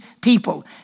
people